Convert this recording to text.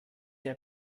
der